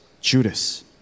Judas